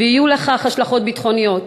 ויהיו לכך השלכות בין-לאומיות.